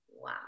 Wow